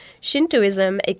Shintoism